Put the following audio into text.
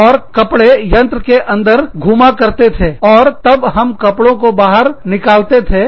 और कपड़े यंत्र के अंदर घूमा करते थे और तब हम कपड़ों को बाहर निकाल लेते थे